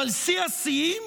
אבל שיא השיאים: